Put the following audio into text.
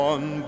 One